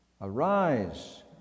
arise